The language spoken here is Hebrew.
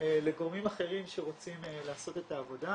שניתן לגורמים אחרים שרוצים לעשות את העבודה.